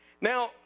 Now